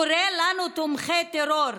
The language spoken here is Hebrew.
קורא לנו "תומכי טרור"